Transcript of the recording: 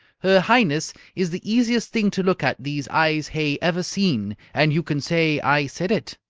her highness is the easiest thing to look at these eyes hae ever seen. and you can say i said it!